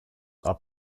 are